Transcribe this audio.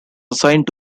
assigned